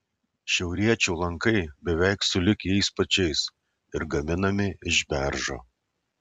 šiauriečių lankai beveik sulig jais pačiais ir gaminami iš beržo